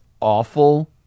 awful